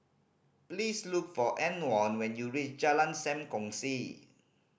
please look for Antwon when you reach Jalan Sam Kongsi